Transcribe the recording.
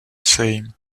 same